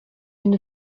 une